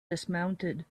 dismounted